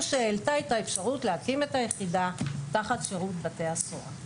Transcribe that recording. שהעלתה את האפשרות להקים את היחידה תחת שירות בתי הסוהר.